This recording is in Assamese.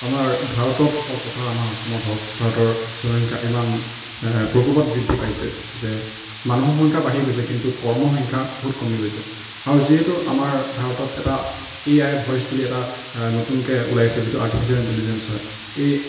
আমাৰ ভাৰতত হওক তথা আমাৰ অসমত হওক ভাৰতৰ জনসংখ্যা ইমান প্ৰকোপত বৃদ্ধি পাইছে যে মানুহৰ সংখ্যা বাঢ়ি গৈছে কিন্তু কৰ্ম সংখ্যা বহুত কমি গৈছে আৰু যিহেতু আমাৰ ভাৰতত এটা এ আই ভইছ বুলি এটা নতুনকৈ ওলাইছে যিটো আৰ্টিফিচিয়েল ইনটেলিজেন্স হয় এই